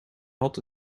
had